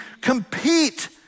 compete